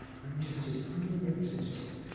i'm just his humble representative,